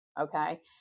Okay